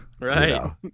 Right